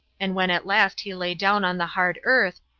and when at last he lay down on the hard earth,